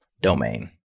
domain